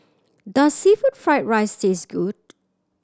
does seafood fried rice taste good